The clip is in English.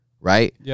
Right